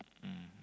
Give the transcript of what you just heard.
mm